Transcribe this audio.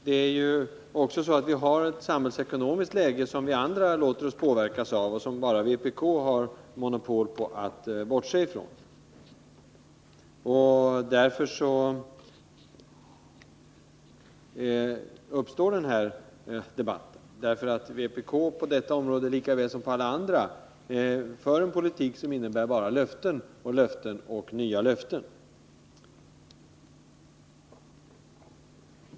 Men vi har också ett samhällsekonomiskt läge som vi andra låter oss påverkas av, och som vpk har monopol på att bortse från. Denna debatt uppstår därför att vpk på detta område, liksom på alla andra områden, driver en politisk linje som innebär bara löften, löften och åter löften.